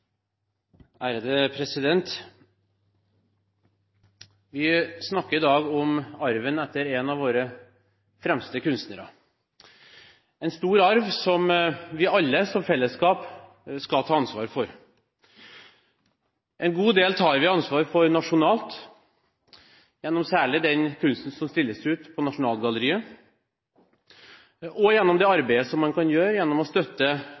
det notert. Vi snakker i dag om arven etter en av våre fremste kunstnere – en stor arv som vi alle i fellesskap skal ta ansvar for. En god del tar vi ansvar for nasjonalt, særlig gjennom den kunsten som stilles ut på Nasjonalgalleriet, og gjennom det arbeidet man kan gjøre gjennom å støtte